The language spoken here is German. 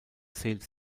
zählt